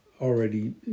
already